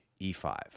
e5